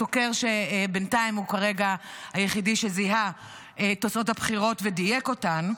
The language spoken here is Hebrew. סוקר שבינתיים הוא כרגע היחיד שזיהה את תוצאות הבחירות ודייק אותן,